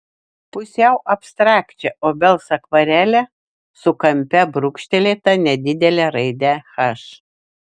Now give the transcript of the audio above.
pusiau abstrakčią obels akvarelę su kampe brūkštelėta nedidele raide h